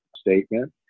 statement